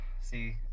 See